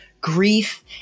grief